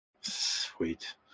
Sweet